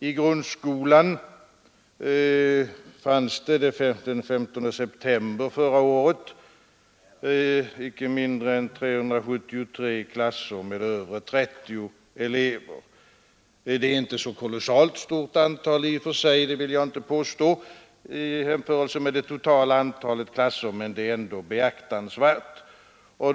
I grundskolan fanns det den 15 september förra året icke mindre än 373 klasser med över 30 elever. Det är inte så stort antal i och för sig, det vill jag inte påstå, om man jämför med det totala antalet klasser, men det är ändå beaktansvärt.